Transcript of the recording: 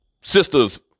sisters